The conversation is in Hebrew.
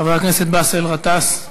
חבר הכנסת באסל גטאס.